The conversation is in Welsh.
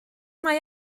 mae